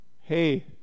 Hey